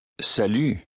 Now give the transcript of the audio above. Salut